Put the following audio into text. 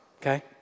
okay